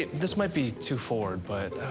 this might be too forward, but,